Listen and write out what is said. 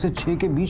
to to get